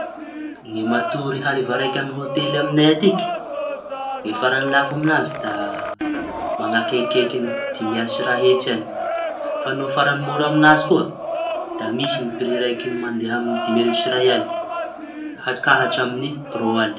Ny matory hariva raiky amy ôtely amiñay atiky, ny farañy lafo amiñazy da mañakaikikaiky dimy aly sy iray hetsy añy. Fa no farañy mora amiñazy koa da misy pri raiky mandea amy dimy arivo sy iray aly ka ka hatramiñ'ny roa aly.